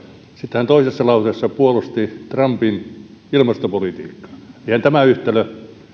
sitten hän toisessa lauseessa puolusti trumpin ilmastopolitiikkaa eihän tämä yhtälö